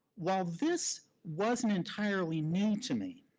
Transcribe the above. while this wasn't entirely new to me,